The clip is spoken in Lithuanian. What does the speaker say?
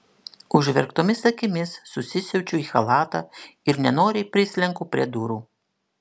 užverktomis akimis susisiaučiu į chalatą ir nenoriai prislenku prie durų